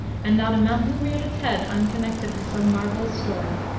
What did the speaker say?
and not a mountain reared its head unconnected with some marvelous story